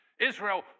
Israel